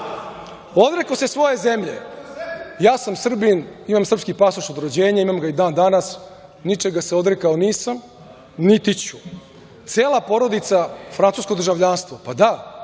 "Odrekao se svoje zemlje". Ja sam Srbin, imam srpski pasoš od rođenja, imam ga i dan danas, ničega se odrekao nisam, niti ću. Cela porodica ima francusko državljanstvo. Pa, da,